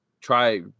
try